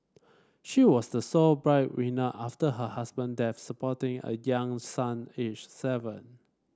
she was the sole breadwinner after her husband death supporting a young son aged seven